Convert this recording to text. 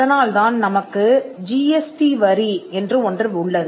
அதனால்தான் நமக்கு ஜிஎஸ்டி வரி என்று ஒன்று உள்ளது